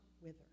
wither